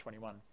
21